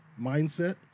mindset